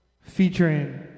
featuring